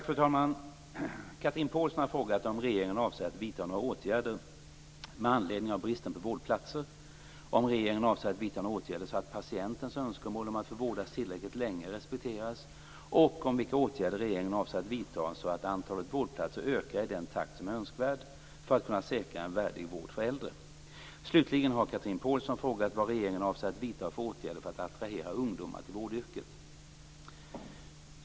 Fru talman! Chatrine Pålsson har frågat om regeringen avser att vidta några åtgärder med anledning av bristen på vårdplatser, om regeringen avser att vidta några åtgärder så att patientens önskemål om att få vårdas tillräckligt länge respekteras och vilka åtgärder regeringen avser att vidta så att antalet vårdplatser ökar i den takt som är önskvärd för att kunna säkra en värdig vård för äldre. Slutligen har Chatrine Pålsson frågat vad regeringen avser att vidta för åtgärder för att attrahera ungdomar till vårdyrket.